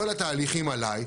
כל התהליכים עליי.